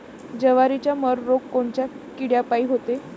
जवारीवरचा मर रोग कोनच्या किड्यापायी होते?